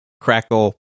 crackle